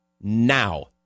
now